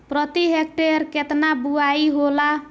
प्रति हेक्टेयर केतना बुआई होला?